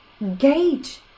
Engage